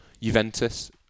Juventus